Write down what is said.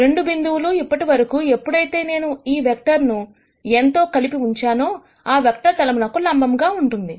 2 బిందువులు ఇప్పటివరకు ఎప్పుడైతే నేను వెక్టర్ n తో కలిపి ఉంచానో ఆ వెక్టర్ తలమునకు లంబముగా ఉంటుంది